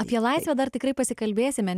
apie laisvę dar tikrai pasikalbėsime